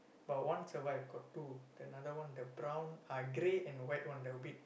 but once a while got two then another one the brown uh grey and white one they a bit